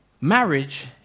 marriage